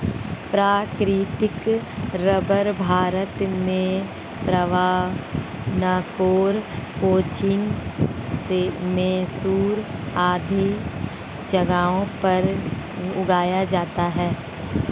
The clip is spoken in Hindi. प्राकृतिक रबर भारत में त्रावणकोर, कोचीन, मैसूर आदि जगहों पर उगाया जाता है